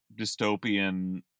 dystopian